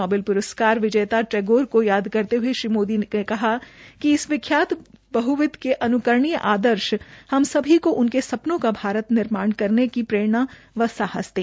Nobel प्रस्कार विजेता टैगोर को याद करते हये श्री मोदी ने कहा कि इस विख्यात बहबिद्व के अन्करणीय आदश्र हम सभी को उनके सपनों के भारत का निर्माण की प्ररेणा व साहस दें